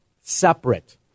separate